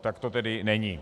Tak to tedy není.